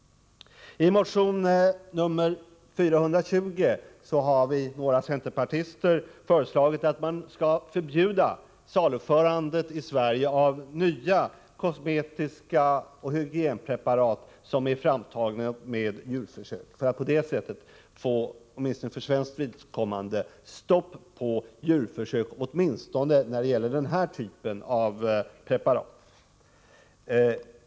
I motion 1983/84:420 har vi, några centerpartister, föreslagit att man skall förbjuda saluförandet i Sverige av nya kosmetika och hygienpreparat som är framtagna med djurförsök, för att på det sättet få åtminstone för svenskt vidkommande stopp på djurförsöken i varje fall när det gäller den här typen av preparat.